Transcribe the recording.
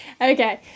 Okay